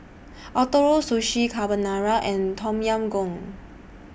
Ootoro Sushi Carbonara and Tom Yam Goong